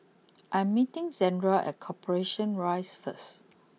I am meeting Zandra at Corporation Rise first